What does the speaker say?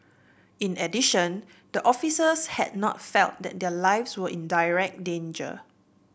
in addition the officers had not felt that their lives were in direct danger